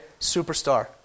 Superstar